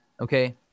Okay